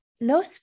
No